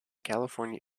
california